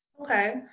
Okay